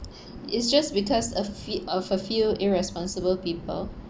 it's just because a fe~ uh few few irresponsible people